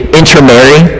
intermarry